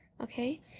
okay